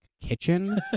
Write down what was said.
Kitchen